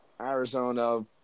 Arizona